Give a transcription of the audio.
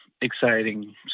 exciting